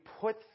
put